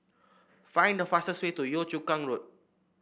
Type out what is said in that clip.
find the fastest way to Yio Chu Kang Road